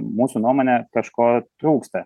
mūsų nuomone kažko trūksta